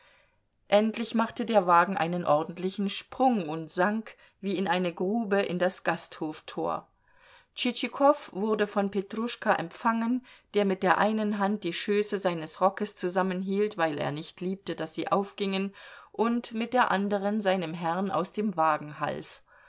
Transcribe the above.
endlich machte der wagen einen ordentlichen sprung und sank wie in eine grube in das gasthoftor tschitschikow wurde von petruschka empfangen der mit der einen hand die schöße seines rockes zusammenhielt weil er nicht liebte daß sie aufgingen und mit der anderen seinem herrn aus dem wagen half